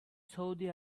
saudi